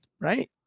right